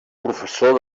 professor